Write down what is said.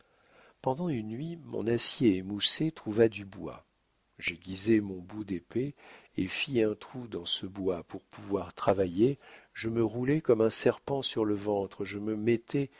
pendant une nuit mon acier émoussé trouva du bois j'aiguisai mon bout d'épée et fis un trou dans ce bois pour pouvoir travailler je me roulais comme un serpent sur le ventre je me mettais